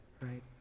right